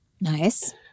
Nice